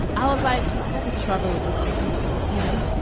i was like about mr. schriver would look after me, you know,